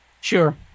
sure